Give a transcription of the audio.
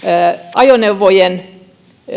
ajoneuvojen